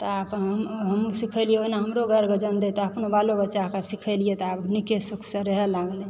तऽ हमहुँ सिखलियै ओहिना हमरो गारि बजाउन दैत आ अपनों बालो बच्चाकेँ सिखेलियै तऽ आब नीके सुखसँ रहय लागलै